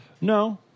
no